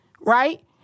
right